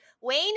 wayne